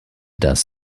das